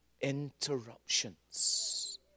interruptions